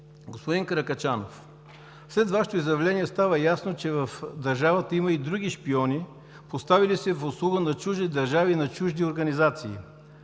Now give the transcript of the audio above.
Господин Каракачанов, след Вашето изявление става ясно, че в държавата има и други шпиони, поставили се в услуга на чужди държави и на чужди организации.